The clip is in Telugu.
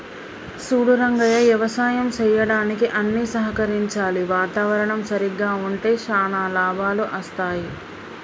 సూడు రంగయ్య యవసాయం సెయ్యడానికి అన్ని సహకరించాలి వాతావరణం సరిగ్గా ఉంటే శానా లాభాలు అస్తాయి